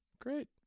Great